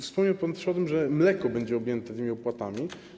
Wspomniał pan też o tym, że mleko będzie objęte tymi opłatami.